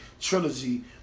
trilogy